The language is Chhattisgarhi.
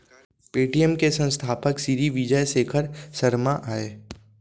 पेटीएम के संस्थापक सिरी विजय शेखर शर्मा अय